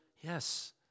Yes